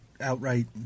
outright